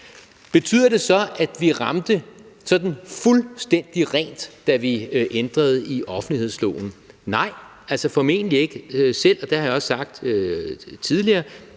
Betyder det så, at vi ramte sådan fuldstændig rent, da vi ændrede offentlighedsloven? Nej, formentlig ikke. Jeg har også selv tidligere